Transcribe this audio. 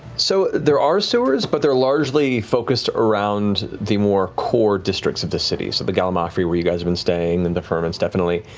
so there are sewers, but they're largely focused around the more core districts of the cities, of the gallimaufry where you guys have and staying and the firmaments definitely.